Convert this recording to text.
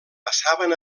passaven